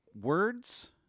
words